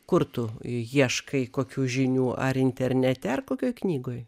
kur tu ieškai kokių žinių ar internete ar kokioj knygoj